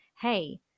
hey